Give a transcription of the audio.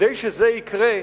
כדי שזה יקרה,